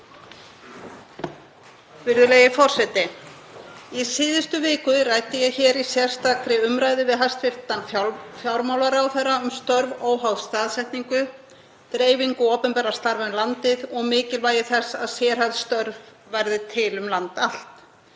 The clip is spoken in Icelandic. Í síðustu viku ræddi ég hér í sérstakri umræðu við hæstv. fjármálaráðherra um störf óháð staðsetningu, dreifingu opinberra starfa um landið og mikilvægi þess að sérhæfð störf verði til um land allt.